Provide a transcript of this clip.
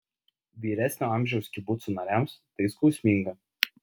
vyresnio amžiaus kibucų nariams tai skausminga